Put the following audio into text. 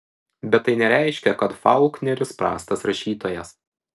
bet tai nereiškia kad faulkneris prastas rašytojas